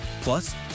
Plus